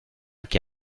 que